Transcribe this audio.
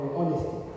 honesty